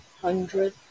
hundred